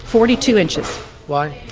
forty-two inches why?